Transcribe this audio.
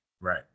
right